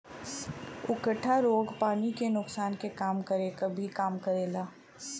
उकठा रोग पानी के नुकसान के कम करे क भी काम करेला